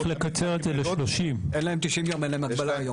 אין להם הגבלה היום.